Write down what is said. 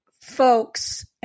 folks